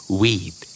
weed